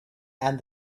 and